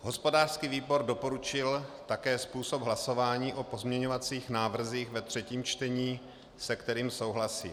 Hospodářský výbor doporučil také způsob hlasování o pozměňovacích návrzích ve třetím čtení, se kterým souhlasím.